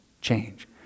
change